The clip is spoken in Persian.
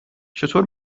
چطور